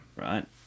right